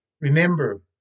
Remember